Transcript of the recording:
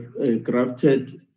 crafted